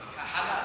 והחלל.